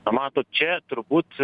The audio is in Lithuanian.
na matot čia turbūt